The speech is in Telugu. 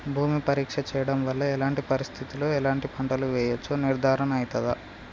భూమి పరీక్ష చేయించడం వల్ల ఎలాంటి పరిస్థితిలో ఎలాంటి పంటలు వేయచ్చో నిర్ధారణ అయితదా?